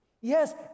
yes